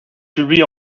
publie